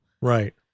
Right